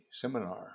seminar